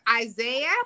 Isaiah